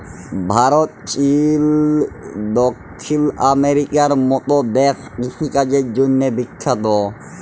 Bharat, Chile, দখ্খিল আমেরিকার মত দ্যাশ কিষিকাজের জ্যনহে বিখ্যাত